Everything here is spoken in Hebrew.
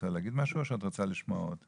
את רוצה להגיד משהו או שאת רוצה לשמוע עוד?